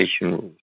rules